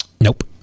Nope